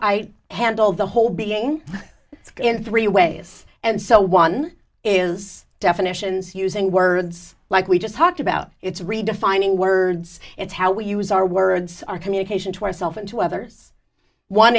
i handle the whole being in three ways and so one is definitions using words like we just talked about it's redefining words it's how we use our words our communication to ourself and to others one